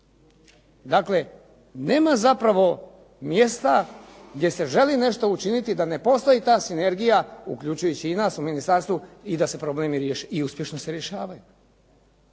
Dakle, nema zapravo mjesta gdje se želi nešto učiniti da ne postoji ta sinergija, uključujući i nas u ministarstvu i da se problemi riješe i uspješno se rješavaju.